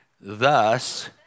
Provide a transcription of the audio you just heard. thus